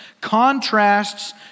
contrasts